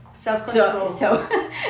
Self-control